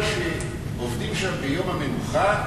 משום שעובדים שם ביום המנוחה,